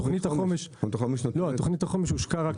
תוכנית החומש הושקה רק